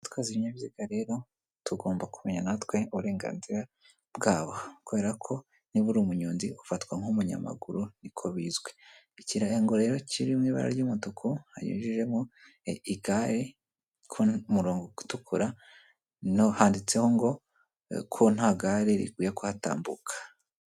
Abatwazi b'ibinyabiziga rero tugomba kumenya na twe uburenganzira bwabo, kubera ko niba uri umunyonzi ufatwa nk'umunyamaguru ni ko bizwi, ikirango rero kirimo ibara ry'umutuku hanyujijemo igare kuri uno murongo utukura, handitseho ko nta gare rikwiye kuhatambuka.